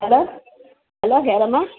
hello hello ಯಾರಮ್ಮ